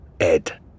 Ed